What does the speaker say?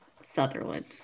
Sutherland